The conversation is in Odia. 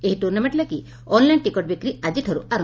ଏହି ଟୁର୍ଣ୍ଣାମେଣ୍ଣ ଲାଗି ଅନ୍ଲାଇନ୍ ଟିକଟ ବିକ୍ ଆଜିଠାର୍ ଆର